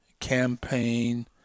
campaign